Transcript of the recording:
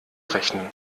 rechnen